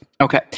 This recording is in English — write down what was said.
Okay